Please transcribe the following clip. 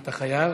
אתה חייב,